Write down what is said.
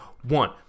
One